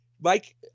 Mike